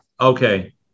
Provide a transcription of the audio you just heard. Okay